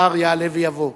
השר יעלה ויבוא.